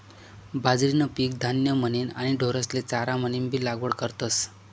बाजरीनं पीक धान्य म्हनीन आणि ढोरेस्ले चारा म्हनीनबी लागवड करतस